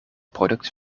product